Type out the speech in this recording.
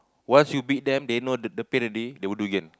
once you beat them they know the the pain already they will do again